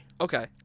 Okay